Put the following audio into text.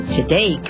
Today